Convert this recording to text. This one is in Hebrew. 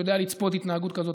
שיודע לצפות התנהגות כזאת,